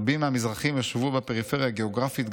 רבים מהמזרחים ישבו הפריפריה הגיאוגרפית,